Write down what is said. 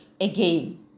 again